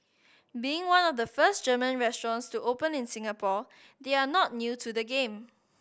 being one of the first German restaurants to open in Singapore they are not new to the game